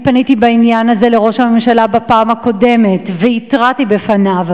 אני פניתי בעניין הזה אל ראש הממשלה בפעם הקודמת והתרעתי בפניו